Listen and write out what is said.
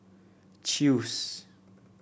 Chew's